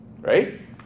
right